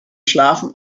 schlafen